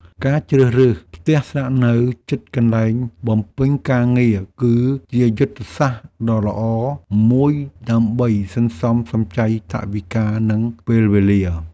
ការជ្រើសរើសផ្ទះស្នាក់នៅជិតកន្លែងបំពេញការងារគឺជាយុទ្ធសាស្ត្រដ៏ល្អមួយដើម្បីសន្សំសំចៃថវិកានិងពេលវេលា។